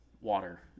water